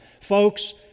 Folks